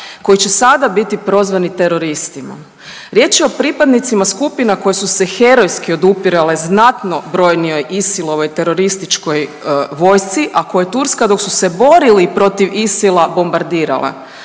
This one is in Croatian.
koji će sada biti prozvati teroristima. Riječ je o pripadnicima skupina koje su se herojski odupirale znatno brojnijoj Isilovoj terorističkoj vojsci, a koju je Turska dok su se borili protiv Isila bombardirala.